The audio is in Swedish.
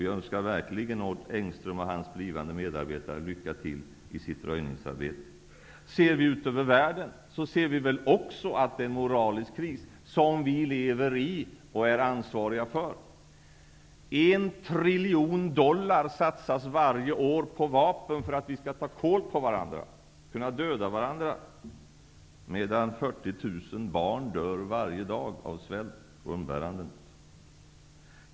Vi önskar verkligen Odd Engström och hans blivande medarbetare lycka till i deras röjningsarbete. Om vi ser ut över världen, ser vi väl också att det är en moralisk kris som vi lever i och är ansvariga för. En triljon dollar satsas varje år på vapen för att vi skall ta kål på varandra, kunna döda varandra, medan 40 000 barn dör varje dag av svält och umbäranden.